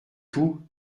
tout